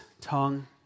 tongue